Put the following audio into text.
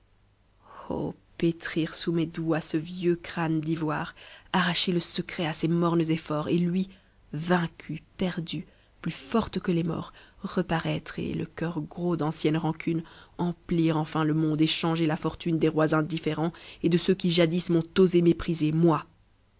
oh pétrir sous mes doigts ce vieux crâne d'ivoire arracher le secret à ses mornes efforts et lui vaincu perdu plus forte que tes morts reparaitre et le cœur gros d'ancienne rancune emplir enfin le monde et changer la fortune des rois indinérents et de ceux qui jadis m'ont osé mépriser moi